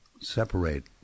separate